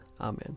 Amen